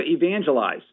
evangelize